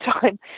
time